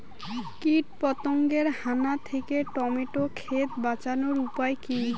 কীটপতঙ্গের হানা থেকে টমেটো ক্ষেত বাঁচানোর উপায় কি?